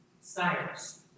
Cyrus